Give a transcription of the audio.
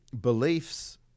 beliefs